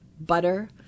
butter